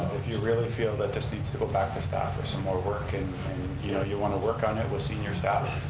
if you really feel that this needs to go back to staff for some more work and you know you want to work on it with senior staff,